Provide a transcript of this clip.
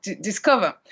discover